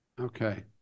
okay